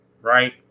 right